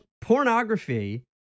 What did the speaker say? pornography